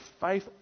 faith